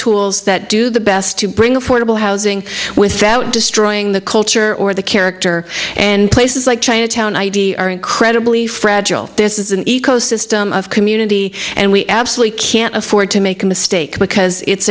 tools that do the best to bring affordable housing without destroying the culture or the character and places like chinatown id are incredibly fragile the this is an ecosystem of community and we absolutely can't afford to make a mistake because it's